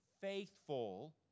faithful